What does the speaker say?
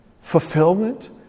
fulfillment